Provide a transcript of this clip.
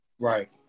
Right